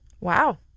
Wow